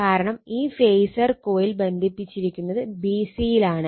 കാരണം ഈ phasor coil ബന്ധിപ്പിച്ചിരിക്കുന്നത് b c യിലാണ്